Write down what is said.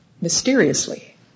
Mysteriously